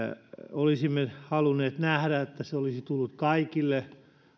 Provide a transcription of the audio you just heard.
olisimme halunneet nähdä että se olisi tullut kaikille